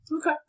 Okay